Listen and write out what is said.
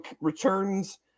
returns